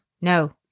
No